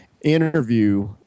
interview